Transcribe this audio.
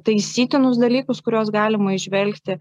taisytinus dalykus kuriuos galima įžvelgti